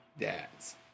dads